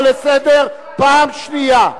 חבר הכנסת בן-ארי, אני קורא לך לסדר פעם שנייה.